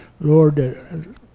Lord